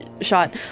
shot